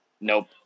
Nope